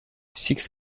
six